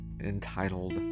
entitled